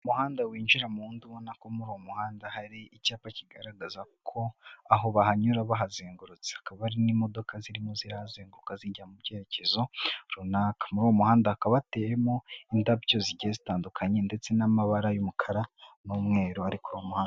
Umuhanda winjira mu ndunda ko muri uwo muhanda hari icyapa kigaragaza ko aho bahanyura bahazengurutse, akaba ari n'imodoka zirimo zihazenguruka zijya mu byerekezo runaka, muri uwo muhanda hakaba bateyemo indabyo zigenda zitandukanye ndetse n'amabara y'umukara n'umweru ari ku muhanda.